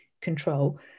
control